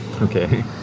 Okay